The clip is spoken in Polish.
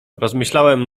rozmyślałem